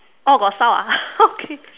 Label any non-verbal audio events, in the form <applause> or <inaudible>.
oh got sound ah <laughs> okay